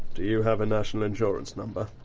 do you have a national insurance number?